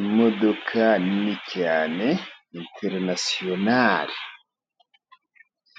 Imodoka nini cyane interisiyonari